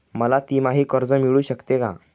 मला तिमाही कर्ज मिळू शकते का?